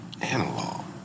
Analog